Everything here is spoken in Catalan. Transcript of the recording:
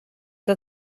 que